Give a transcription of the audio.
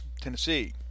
Tennessee